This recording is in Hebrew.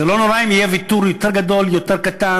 זה לא נורא אם יהיה ויתור יותר גדול או יותר קטן,